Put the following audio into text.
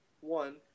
One